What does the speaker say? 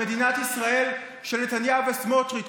לחיות במדינת ישראל של נתניהו וסמוטריץ',